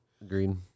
agreed